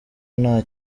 nta